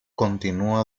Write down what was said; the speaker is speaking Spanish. continúa